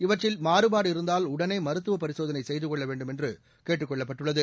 இவற்றில் மாறுபாடு இருந்தால் உடனே மருத்துவப் பரிசோதனை செய்து கொள்ள வேண்டும் என்று கேட்டுக் கொள்ளப்பட்டுள்ளது